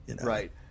right